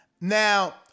Now